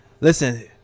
listen